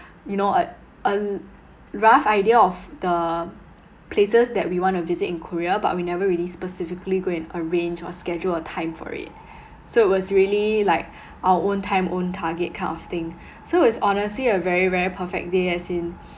you know a a rough idea of the places that we want to visit in korea but we never really specifically go and arrange or schedule a time for it so it was really like our own time own target kind of thing so it's honestly a very very perfect day as in